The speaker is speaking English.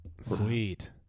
Sweet